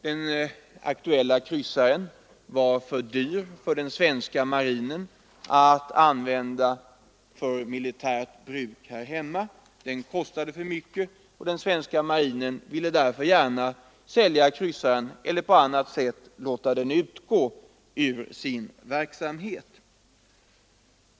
Den aktuella kryssaren ansågs för dyr i drift av den svenska marinen som därför gärna såg att den avyttrades.